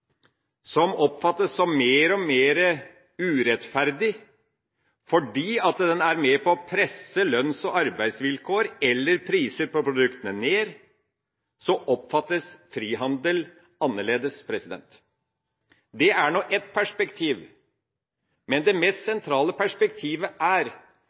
er med på å presse lønns- og arbeidsvilkår, eller priser på produktene, ned – oppfattes frihandel imidlertid annerledes. Det er nå ett perspektiv. Men det mest sentrale perspektivet er